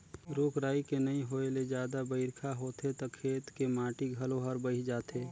रूख राई के नइ होए ले जादा बइरखा होथे त खेत के माटी घलो हर बही जाथे